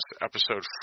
episode